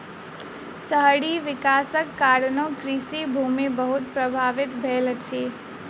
शहरी विकासक कारणें कृषि भूमि बहुत प्रभावित भेल अछि